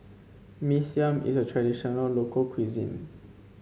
Mee Siam is a traditional local cuisine